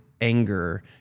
anger